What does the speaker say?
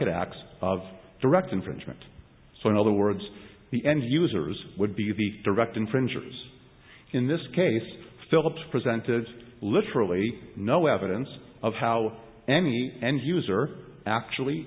predicate acts of direct infringement so in other words the end users would be the direct infringers in this case philips presented literally no evidence of how any end user actually